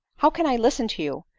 how can i listen to you,